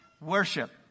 worship